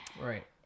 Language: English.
Right